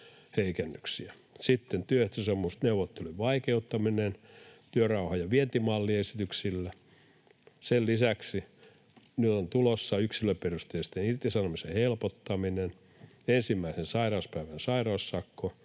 Sitten tuli työehtosopimusneuvottelujen vaikeuttaminen työrauha- ja vientimalliesityksillä. Sen lisäksi nyt on tulossa yksilöperusteisen irtisanomisen helpottaminen, ensimmäisen sairauspäivän sairaussakko,